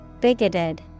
Bigoted